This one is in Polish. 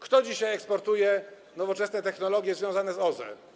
Kto dzisiaj eksportuje nowoczesne technologie związane z OZE?